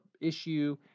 issue